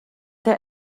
der